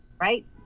right